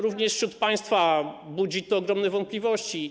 również wśród państwa budzi to ogromne wątpliwości.